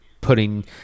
putting